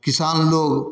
किसान लोक